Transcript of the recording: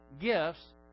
gifts